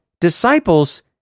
disciples